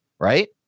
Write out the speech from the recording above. right